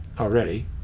already